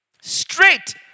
Straight